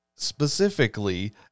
specifically